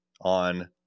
on